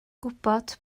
gwybod